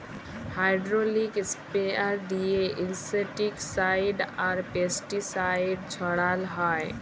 hydraulic sprayer দিঁয়ে insecticide আর pesticide ছড়াল হ্যয়